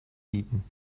nieten